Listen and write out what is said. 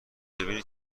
ببینین